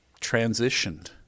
transitioned